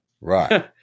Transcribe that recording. right